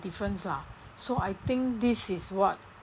difference lah so I think this is what